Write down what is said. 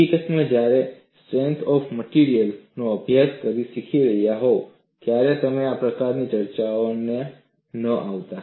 હકીકતમાં જ્યારે તમે સ્ટ્રેન્થ ઓફ મટિરિયલ્સ નો અભ્યાસક્રમ શીખી રહ્યા હોવ ત્યારે તમે આ પ્રકારની ચર્ચાઓમાં ન આવત